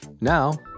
Now